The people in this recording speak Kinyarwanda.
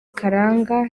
karanga